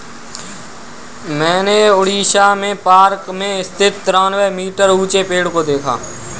मैंने उड़ीसा में पार्क में स्थित तिरानवे मीटर ऊंचे पेड़ को देखा है